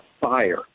fire